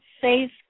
safe